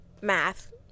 math